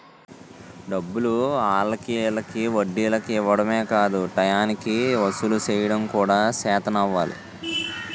డబ్బులు ఆల్లకి ఈల్లకి వడ్డీలకి ఇవ్వడమే కాదు టయానికి వసూలు సెయ్యడం కూడా సేతనవ్వాలి